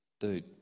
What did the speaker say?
dude